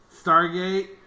Stargate